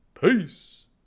Peace